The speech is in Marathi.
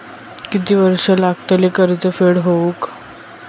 किती वर्षे लागतली कर्ज फेड होऊक?